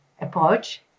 approach